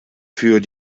für